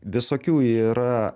visokių yra